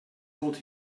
told